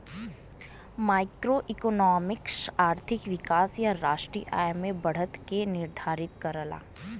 macroeconomics आर्थिक विकास या राष्ट्रीय आय में बढ़त के निर्धारित करला